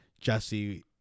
jesse